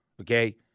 Okay